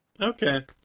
Okay